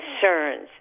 concerns